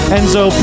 Enzo